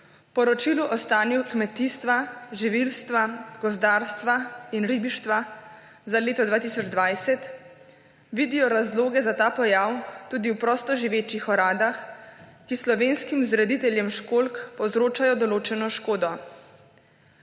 Poročila o stanju kmetijstva, živilstva, gozdarstva in ribištva za leto 2020 vidijo razloge za ta pojav tudi v prostoživečih oradah, ki slovenskim vzrediteljem školjk povzročajo določeno škodo.